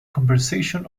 conversation